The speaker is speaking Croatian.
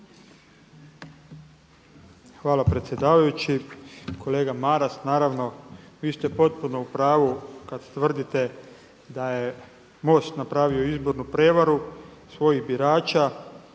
Hvala predsjedavajući. Kolega Maras, naravno vi ste potpuno u pravu kad tvrdite da je MOST napravio izbornu prevaru svojih birača.